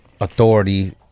authority